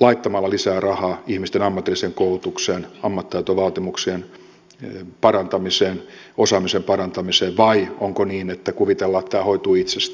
laittamalla lisää rahaa ihmisten ammatilliseen koulutukseen ammattitaitovaatimuksien parantamiseen osaamisen parantamiseen vai onko niin että kuvitellaan että tämä hoituu itsestään